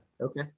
Okay